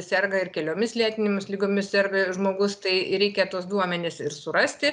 serga ir keliomis lėtinėmis ligomis serga žmogus tai reikia tuos duomenis ir surasti